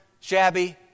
shabby